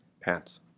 Pants